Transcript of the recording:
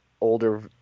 older